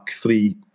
three